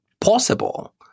possible